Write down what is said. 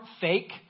fake